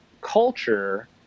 culture